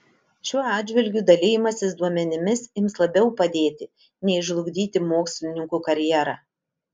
šiuo atžvilgiu dalijimasis duomenimis ims labiau padėti nei žlugdyti mokslininkų karjerą